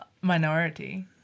minority